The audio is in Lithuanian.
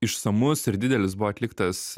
išsamus ir didelis buvo atliktas